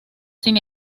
sin